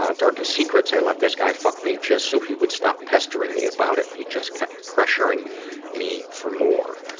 ah darkest secrets. i let this guy fuck me just so he would stop pestering me about it. he just kept pressuring me for more.